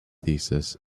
thesis